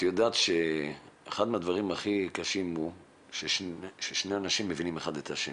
את יודעת שאחד הדברים הכי קשים הוא ששני אנשים מבינים אחד את השני.